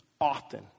often